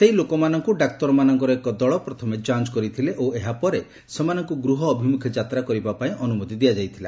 ସେହି ଲୋକମାନଙ୍କୁ ଡାକ୍ତରମାନଙ୍କର ଏକ ଦଳ ପ୍ରଥମେ ଯାଞ୍ଚ କରିଥିଲେ ଓ ଏହାପରେ ସେମାନଙ୍କୁ ଗୃହ ଅଭିମୁଖେ ଯାତ୍ରା କରିବା ପାଇଁ ଅନୁମତି ଦିଆଯାଇଥିଲା